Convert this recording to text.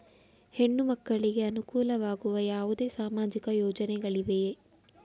ಹೆಣ್ಣು ಮಕ್ಕಳಿಗೆ ಅನುಕೂಲವಾಗುವ ಯಾವುದೇ ಸಾಮಾಜಿಕ ಯೋಜನೆಗಳಿವೆಯೇ?